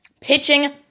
Pitching